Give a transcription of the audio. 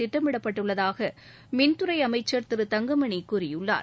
திட்டமிடப்பட்டுள்ளதாக மின்துறை அமைச்சர் திரு தங்கமணி கூறியுள்ளார்